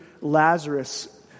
Lazarus